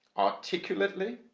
articulately